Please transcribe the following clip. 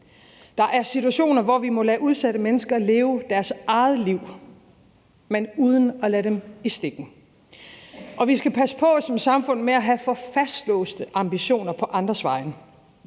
Der er situationer, hvor vi må lade udsatte mennesker leve deres eget liv, men uden at lade dem i stikken, og vi skal som samfund passe på med at have for fastlåste ambitioner på andres vegne.